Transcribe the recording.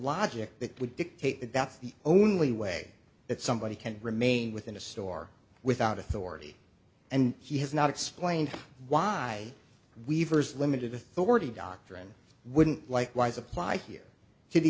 logic that would dictate that that's the only way that somebody can remain within a store without authority and he has not explained why weaver's limited authority doctrine wouldn't like wise applied here to the